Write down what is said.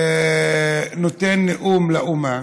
נותן נאום לאומה,